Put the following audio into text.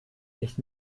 nicht